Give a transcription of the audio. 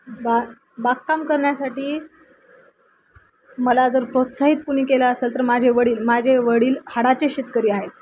बा बागकाम करण्यासाठी मला जर प्रोत्साहित कुणी केलं असेल तर माझे वडील माझे वडील हाडाचे शेतकरी आहेत